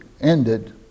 ended